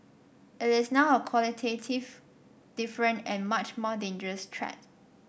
it is now a qualitative different and much more dangerous threat